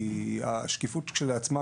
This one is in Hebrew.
כי השקיפות כשלעצמה,